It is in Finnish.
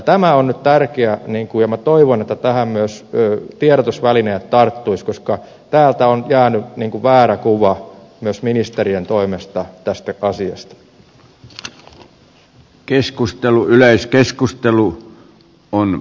tämä on nyt tärkeää ja toivon että tähän myös tiedotusvälineet tarttuisivat koska täältä on jäänyt väärä kuva myös ministerien toimesta tästä asiasta